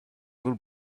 will